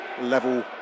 level